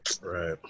Right